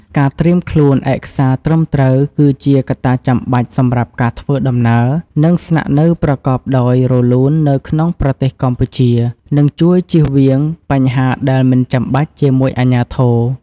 ការត្រៀមខ្លួនឯកសារត្រឹមត្រូវ គឺជាកត្តាចាំបាច់សម្រាប់ការធ្វើដំណើរ និងស្នាក់នៅប្រកបដោយរលូននៅក្នុងប្រទេសកម្ពុជានឹងជួយជៀសវាងបញ្ហាដែលមិនចាំបាច់ជាមួយអាជ្ញាធរ។